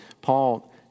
Paul